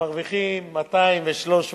שמרוויחים 200, 300